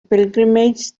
pilgrimage